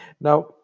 Now